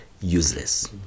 useless